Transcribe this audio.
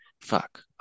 fuck